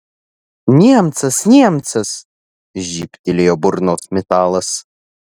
niemcas niemcas žybtelėjo burnos metalas